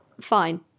fine